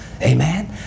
amen